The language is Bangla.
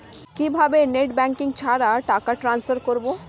কিভাবে নেট ব্যাঙ্কিং ছাড়া টাকা ট্রান্সফার করবো?